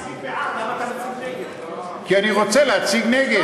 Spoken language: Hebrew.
אתה צריך להציג בעד, למה אתה מציג נגד?